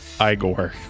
Igor